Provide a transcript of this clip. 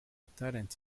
talent